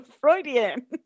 Freudian